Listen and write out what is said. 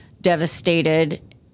devastated